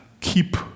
keep